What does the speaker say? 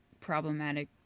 problematic